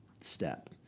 step